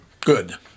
Good